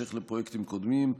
בהמשך לפרויקטים קודמים.